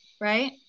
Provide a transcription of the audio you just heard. right